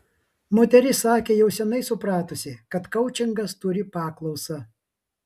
moteris sakė jau seniai supratusi kad koučingas turi paklausą